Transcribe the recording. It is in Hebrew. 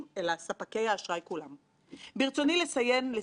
שאם יקרוס כאן בנק יהיה מי שישים את האצבע בסכר,